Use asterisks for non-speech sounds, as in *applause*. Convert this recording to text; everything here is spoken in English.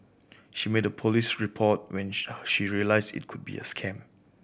she made a police report when *unintelligible* she realised it could be a scam